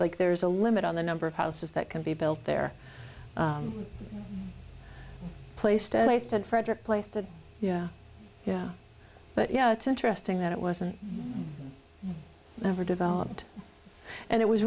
like there's a limit on the number of houses that can be built there placed at least and frederick placed a yeah yeah but yeah it's interesting that it wasn't ever developed and it was